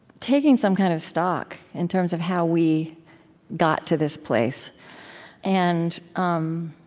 taking some kind of stock in terms of how we got to this place and um